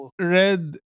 red